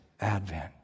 advent